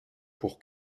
pour